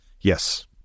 yes